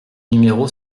numéro